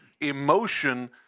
emotion